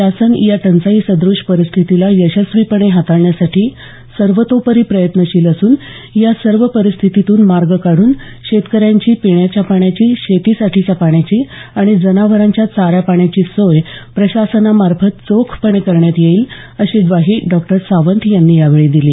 शासन या टंचाई सद्रश्य परिस्थितीला यशस्वीपणे हाताळण्यासाठी सर्वतोपरी प्रयत्नशील असून या सर्व परिस्थितीतून मार्ग काढून शेतकऱ्यांची पिण्याच्या पाण्याची शेतीसाठीच्या पाण्याची आणि जनावरांच्या चारा पाण्याची सोय प्रशासनामार्फत चोखपणे करण्यात येईल अशी ग्वाही डॉक्टर सावंत यांनी यावेळी दिली